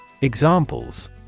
Examples